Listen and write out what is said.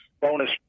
bonus